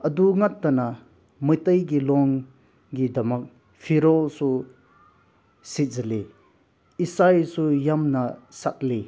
ꯑꯗꯨ ꯅꯠꯇꯅ ꯃꯩꯇꯩꯒꯤ ꯂꯣꯟꯒꯤꯗꯃꯛ ꯐꯤꯔꯣꯜꯁꯨ ꯁꯥꯖꯜꯂꯤ ꯏꯁꯩꯁꯨ ꯌꯥꯝꯅ ꯁꯛꯂꯤ